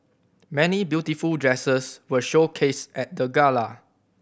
many beautiful dresses were showcased at the gala